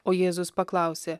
o jėzus paklausė